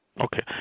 Okay